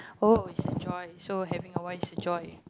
oh is a joy so having a wife is a joy